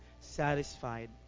satisfied